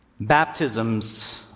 Baptisms